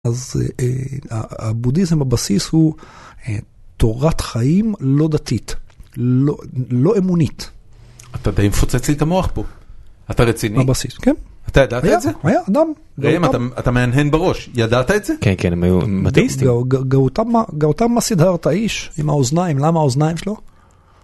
אז הבודהיזם, הבסיס הוא תורת חיים לא דתית, לא, לא אמונית. אתה די מפוצץ לי את המוח פה. אתה רציני? הבסיס, כן. אתה ידעת את זה? היה, היה אדם. אתה מהנהן בראש. ידעת את זה? כן, כן, הם היו... הם אתאיסטים. גם גם אותם ה, גם אותם הסדרה או את האיש, עם האוזניים. למה האוזניים שלו?